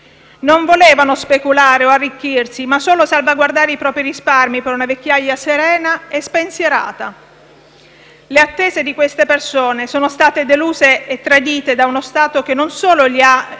non volevano speculare o arricchirsi, ma solo salvaguardare i propri risparmi per una vecchiaia serena e spensierata. Le attese di queste persone sono state deluse e tradite da uno Stato che non solo non li ha